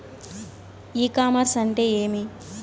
ఇ commerce అంటే ఏమి?